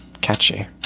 catchy